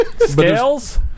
Scales